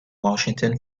washington